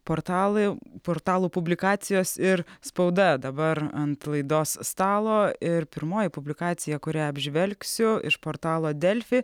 portalai portalų publikacijos ir spauda dabar ant laidos stalo ir pirmoji publikacija kurią apžvelgsiu iš portalo delfi